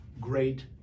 great